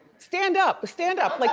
stand up, stand up, like